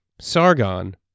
Sargon